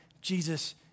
Jesus